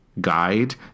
guide